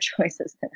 choices